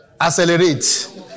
Accelerate